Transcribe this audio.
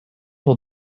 will